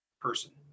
person